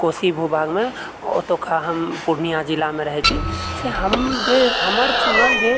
कोशी भू भागमे ओतुका हम पुर्णियाँ जिलामे रहैत छी से हम जे हमर चुनल जे